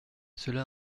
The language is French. cela